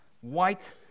white